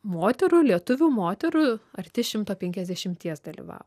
moterų lietuvių moterų arti šimto penkiasdešimties dalyvavo